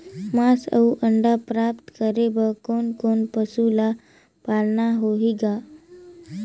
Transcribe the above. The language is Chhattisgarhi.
मांस अउ अंडा प्राप्त करे बर कोन कोन पशु ल पालना होही ग?